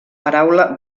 paraula